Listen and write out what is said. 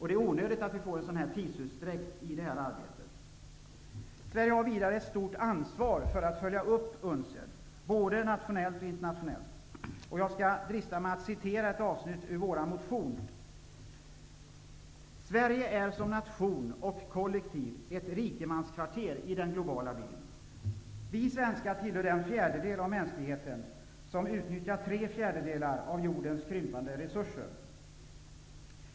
Det är onödigt att vi får en sådan tidsutdräkt i det här arbetet. Sverige har vidare ett stort ansvar för att följa upp UNCED, både nationellt och internationellt. Jag skall drista mig att återge ett avsnitt ur vår motion: Sverige är som nation och kollektiv ett rikemanskvarter i den globala byn. Vi svenskar tillhör den fjärdedel av mänskligheten som utnyttjar tre fjärdedelar av jordens krympande resurser.